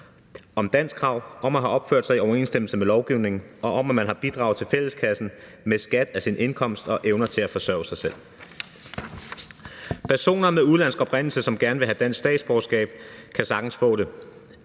at opnå: Krav om at have opført sig i overensstemmelse med lovgivningen og om, at man har bidraget til fælleskassen med skat af sin indkomst og evner at forsørge sig selv. Personer med udenlandsk oprindelse, som gerne vil have dansk statsborgerskab, kan sagtens få det,